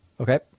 okay